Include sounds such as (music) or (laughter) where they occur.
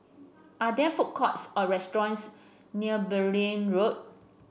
are there food courts or restaurants near Beaulieu Road (noise)